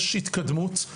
יש התקדמות,